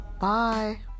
Bye